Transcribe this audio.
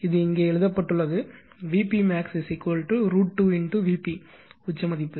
இது இங்கே எழுதப்பட்டுள்ளது Vp max √ 2 Vp உச்ச மதிப்பு